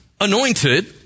anointed